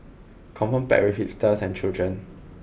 confirm packed with hipsters and children